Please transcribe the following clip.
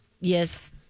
Yes